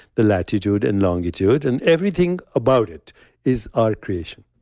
the latitude and longitude, and everything about it is our creation